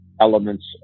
elements